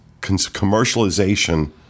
commercialization